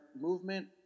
movement